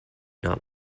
not